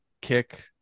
kick